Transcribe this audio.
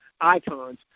icons